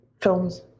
films